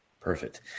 Perfect